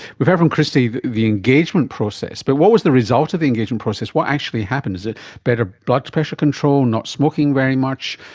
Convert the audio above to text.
heard from kristie the the engagement process, but what was the result of the engagement process, what actually happened? is it better blood pressure control, not smoking very much?